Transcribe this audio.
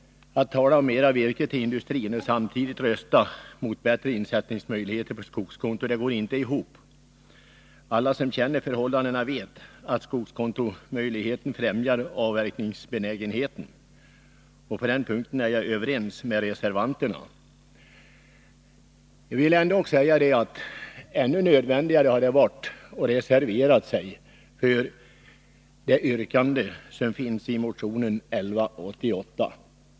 Att tala om att mera virke skall tillföras industrin och att samtidigt rösta emot förslaget om bättre möjligheter till insättning på skogskonto går inte ihop. Alla som känner till förhållandena vet att möjligheten till insättning på skogskonto främjar skogsbrukarnas benägenhet att avverka. På den punkten är jag överens med reservanterna. Ännu nödvändigare hade det emellertid varit att reservera sig för det yrkande som finns i motion 1188.